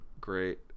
Great